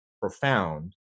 profound